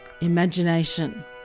imagination